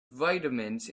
vitamins